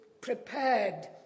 prepared